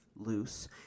Loose